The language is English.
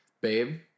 babe